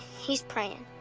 he's praying.